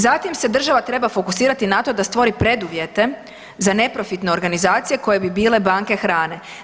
Zatim se država treba fokusirati na to da stvori preduvjete za neprofitne organizacije koje bi bile banke hrane.